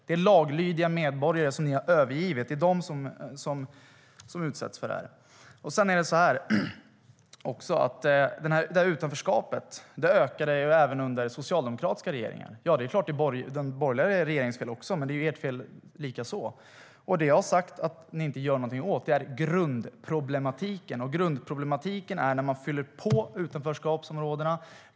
Det är laglydiga medborgare som ni har övergivit som utsätts för det. Utanförskapet ökade även under den tidigare socialdemokratiska regeringen. Det är såklart den borgerliga regeringens fel också, men det är även ert fel. Det som jag har sagt att ni inte gör någonting åt är grundproblematiken. Och grundproblematiken är när man fyller på utanförskapsområdena.